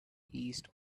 east